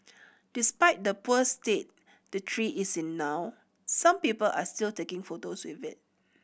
despite the poor state the tree is in now some people are still taking photos with it